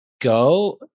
go